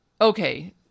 Okay